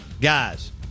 Guys